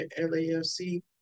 LAFC